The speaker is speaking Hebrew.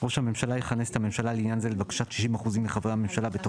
ראש הממשלה יכנס את הממשלה לעניין זה לבקשת 60% מחברי הממשלה בתוך